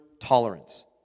tolerance